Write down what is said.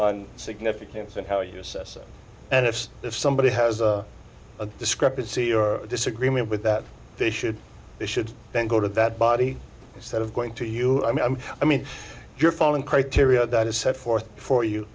me significance and how you assess it and if somebody has a discrepancy or disagreement with that they should they should then go to that body instead of going to you i mean i mean you're following criteria that is set forth for you